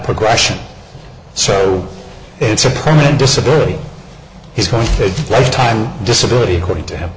progression so it's a permanent disability is worth a life time disability according to him